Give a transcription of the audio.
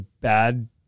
bad